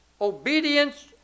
obedience